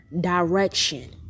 direction